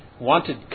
wanted